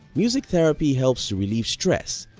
music therapy helps to relieve stress,